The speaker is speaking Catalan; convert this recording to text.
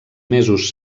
mesos